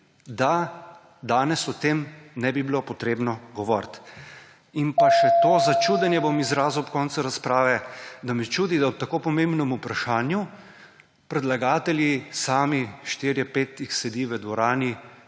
da danes o tem ne bi bilo potrebno govoriti? In še to začudenje bom izrazil ob koncu razprave, da me čudi, da ob tako pomembnem vprašanju predlagatelji sami, štiri, pet jih sedi v dvorani